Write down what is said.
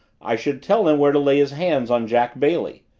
i should tell him where to lay his hands on jack bailey.